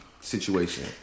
situation